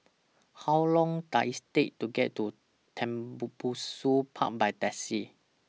How Long Does IT Take to get to Tembubusu Park By Taxi